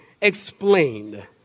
explained